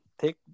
take